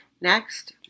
next